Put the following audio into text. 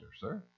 sir